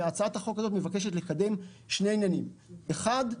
והצעת החוק הזו מבקשת לקדם שני עניינים: האחד,